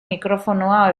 mikrofonoa